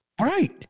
Right